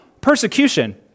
persecution